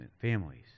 families